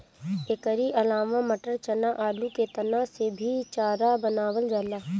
एकरी अलावा मटर, चना, आलू के तना से भी चारा बनावल जाला